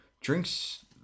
drinks